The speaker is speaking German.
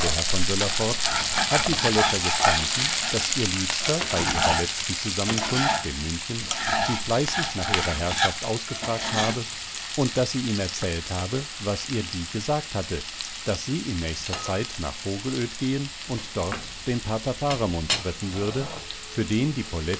herr von söller fort hat die poletta gestanden daß ihr liebster bei ihrer letzten zusammenkunft in münchen sie fleißig nach ihrer herrschaft ausgefragt habe und daß sie ihm erzählt habe was ihr die gesagt hatte daß sie in nächster zeit nach vogelöd gehen und dort den pater faramund treffen würde für den die